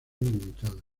limitada